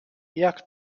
jak